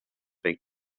bank